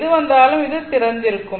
எது வந்தாலும் இது திறந்திருக்கும்